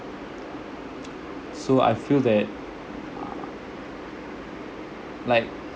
so I feel that uh like